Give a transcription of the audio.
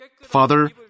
Father